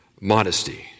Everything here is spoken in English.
modesty